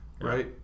Right